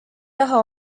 taha